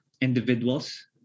individuals